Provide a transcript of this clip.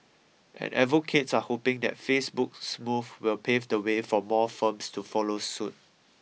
and advocates are hoping that Facebook's move will pave the way for more firms to follow suit